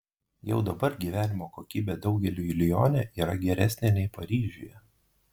jau dabar gyvenimo kokybė daugeliui lione yra geresnė nei paryžiuje